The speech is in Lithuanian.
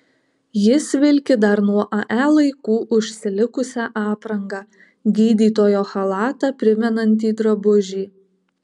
jis vilki dar nuo ae laikų užsilikusią aprangą gydytojo chalatą primenantį drabužį